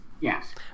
Yes